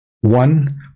one